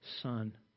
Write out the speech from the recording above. son